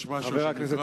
יש משהו שנקרא